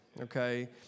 okay